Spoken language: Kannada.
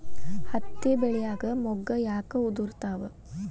ಹತ್ತಿ ಬೆಳಿಯಾಗ ಮೊಗ್ಗು ಯಾಕ್ ಉದುರುತಾವ್?